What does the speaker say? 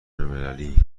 المللی